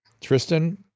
Tristan